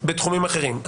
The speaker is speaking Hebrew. בתחומים אחרים.